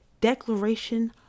Declaration